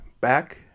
back